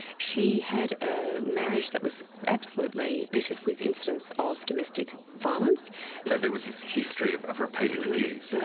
she had a marriage that was absolutely littered with incidents of domestic violence there was this history of of repeated abuse.